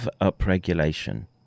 upregulation